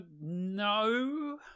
no